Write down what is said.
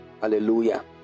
Hallelujah